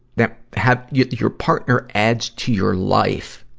that have your your partner adds to your life,